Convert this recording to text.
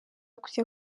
kujya